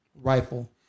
rifle